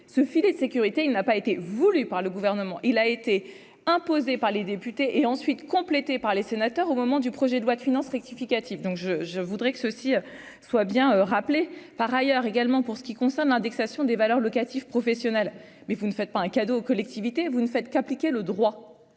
ce filet de sécurité, il n'a pas été voulue par le gouvernement, il a été imposé par les députés et ensuite complété par les sénateurs, au moment du projet de loi de finances rectificative donc je je voudrais que ceci soit bien rappelée par ailleurs également pour ce qui concerne l'indexation des valeurs locatives professionnel mais vous ne faites pas un cadeau aux collectivités, vous ne fait qu'appliquer le droit